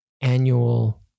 annual